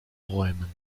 räumen